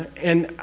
and.